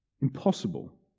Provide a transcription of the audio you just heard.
Impossible